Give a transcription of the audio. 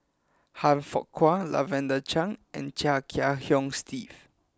Han Fook Kwang Lavender Chang and Chia Kiah Hong Steve